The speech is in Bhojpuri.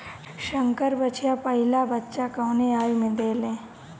संकर बछिया पहिला बच्चा कवने आयु में देले?